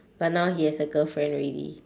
but now he has a girlfriend already